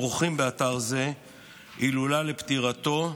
עורכים באתר זה הילולה לפטירתו,